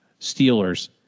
Steelers